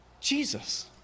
Jesus